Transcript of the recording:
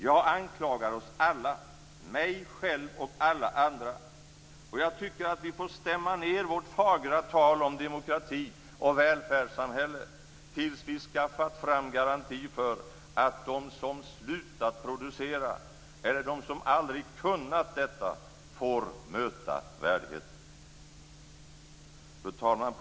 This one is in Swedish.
Jag anklagar oss alla - mig själv och alla andra - och jag tycker att vi får stämma ned vårt fagra tal om demokrati och välfärdssamhälle tills vi skaffat fram garanti för att de som slutat producera eller de som aldrig kunnat detta får möta värdighet. Fru talman!